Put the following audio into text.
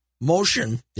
motion